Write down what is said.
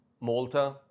Malta